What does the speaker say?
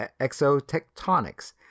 exotectonics